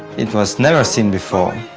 it was never seen before.